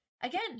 again